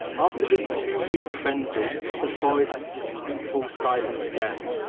after this two-week frenzy, the forests fall silent again.